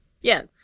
Yes